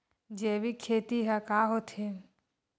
जैविक खेती ह का होथे?